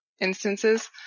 Instances